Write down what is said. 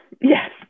Yes